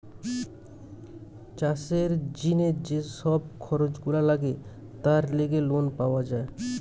চাষের জিনে যে সব খরচ গুলা লাগে তার লেগে লোন পাওয়া যায়